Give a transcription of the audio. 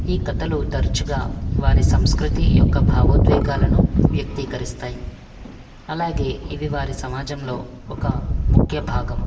ఈ కథలు తరచుగా వారి సంస్కృతి యొక్క భావోద్వేగాలను వ్యక్తీకరిస్తాయి అలాగే ఇవి వారి సమాజంలో ఒక ముఖ్య భాగం